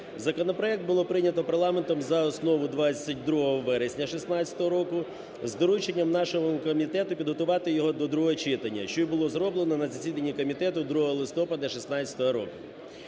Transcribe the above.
Законопроект було прийнято парламентом за основу 22 вересня 16-го року з дорученням нашого комітету підготувати його до другого читання, що і було зроблено на засіданні комітету 2 листопада 16-го року.